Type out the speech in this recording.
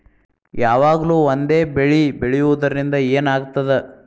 ಯಾವಾಗ್ಲೂ ಒಂದೇ ಬೆಳಿ ಬೆಳೆಯುವುದರಿಂದ ಏನ್ ಆಗ್ತದ?